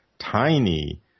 tiny